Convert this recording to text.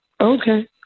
Okay